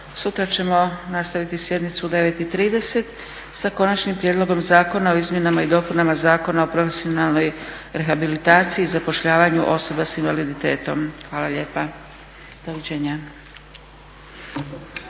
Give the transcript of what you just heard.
Sutra ćemo nastaviti sjednicu u 9,30 sa Konačnim prijedlogom Zakona o izmjenama i dopunama Zakona o profesionalnoj rehabilitaciji i zapošljavanju osoba sa invaliditetom. Hvala lijepa. Doviđenja.